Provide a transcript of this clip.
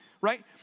right